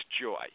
joy